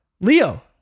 Leo